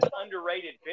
underrated